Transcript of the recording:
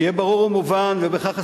שיהיה ברור ומובן, ובכך אסיים,